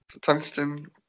tungsten